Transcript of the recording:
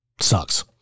sucks